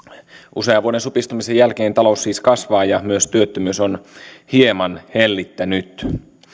usean vuoden supistumisen jälkeen talous siis kasvaa ja myös työttömyys on hieman hellittänyt